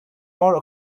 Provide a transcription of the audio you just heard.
more